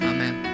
Amen